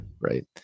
Right